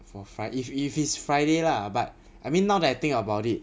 for friday if if it's friday lah but I mean now that I think about it